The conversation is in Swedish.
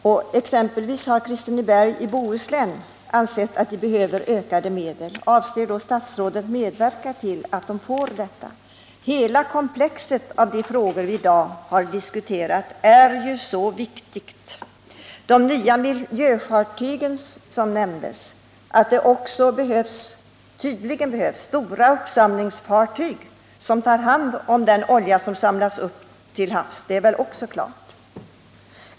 Kristineberg i Bohuslän t.ex. har ansett att det behövs ytterligare medel för forskning. Avser statsrådet medverka till att de får det? Hela komplexet av frågor som vi i dag har diskuterat är ju mycket viktigt. De nya miljöfartygen har nämnts. Att det också tydligen behövs stora uppsamlingsfartyg som tar hand om den olja som samlas upp till havs är väl också klart.